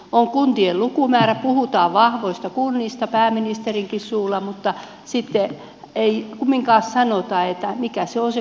on kuntien lukumäärä puhutaan vahvoista kunnista pääministerinkin suulla mutta sitten ei kumminkaan sanota mikä on se kuntamäärä